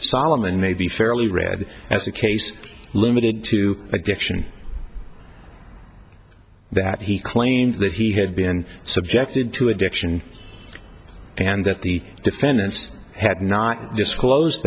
solomon may be fairly read as a case limited to addiction that he claimed that he had been subjected to addiction and that the defendants had not disclosed